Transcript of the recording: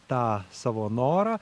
tą savo norą